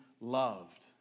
loved